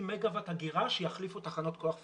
מגה-ואט אגירה שיחליפו תחנות כוח פוסיליות.